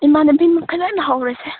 ꯏꯃꯥꯟꯅꯕꯤ ꯃꯈꯩ ꯂꯣꯏꯅ ꯍꯧꯔꯁꯦ